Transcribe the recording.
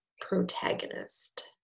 protagonist